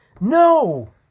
No